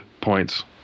points